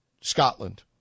Scotland